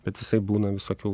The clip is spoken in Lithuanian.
bet visaip būna visokių